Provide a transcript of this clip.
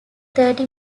thirty